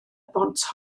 bont